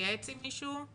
להתייעץ עם מישהו?